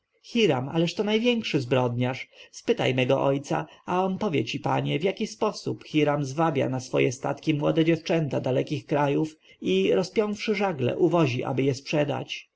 hiram ależ to największy zbrodniarz spytaj mego ojca a on powie ci panie w jaki sposób hiram zwabia na swoje statki młode dziewczęta dalekich krajów i rozpiąwszy żagle uwozi aby je sprzedać